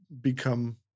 become